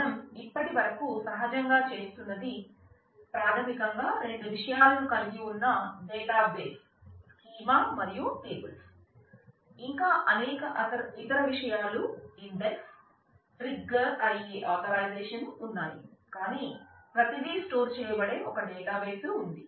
మనం ఇప్పటివరకు సహజంగా చేస్తున్నది ప్రాథమికంగా రెండు విషయాలను కలిగి ఉన్న డేటాబేస్ చేయబడే ఒక డేటాబేస్ ఉంది